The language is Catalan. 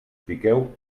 piqueu